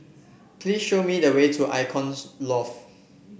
please show me the way to Loft